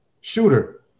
Shooter